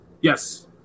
Yes